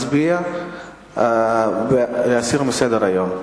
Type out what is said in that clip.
מצביע להסיר מסדר-היום.